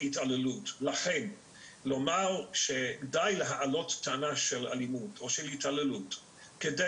לכן לומר שדיי להעלות טענה של התעללות או אלימות כדי